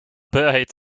buried